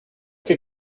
que